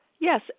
Yes